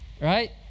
right